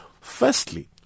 Firstly